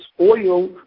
oil